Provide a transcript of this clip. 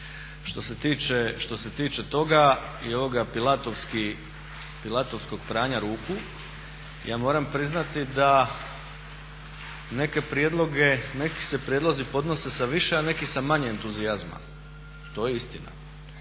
Što se tiče toga i ovoga pilatovskog pranja ruku, ja moram priznati da neki se prijedlozi podnose sa više, a neki sa manje entuzijazma, to je istina.